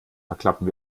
verklappen